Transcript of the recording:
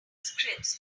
scripts